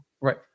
Right